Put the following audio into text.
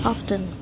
Often